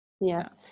Yes